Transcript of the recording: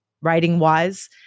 writing-wise